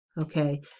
Okay